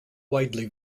widely